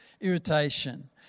irritation